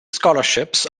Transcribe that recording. scholarships